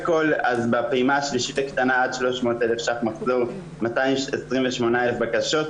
בפעימה השלישית הקטנה עד 300,000 ₪ מחזור 228,000 בקשות,